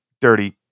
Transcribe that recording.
dirty